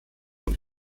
und